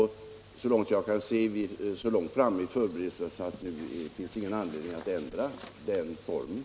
Vad jag kan se är vi nu så långt framme i förberedelserna att det inte finns någon anledning att ändra den arbetsformen.